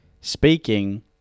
speaking